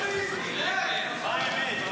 מה האמת?